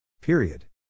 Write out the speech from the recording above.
Period